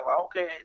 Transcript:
okay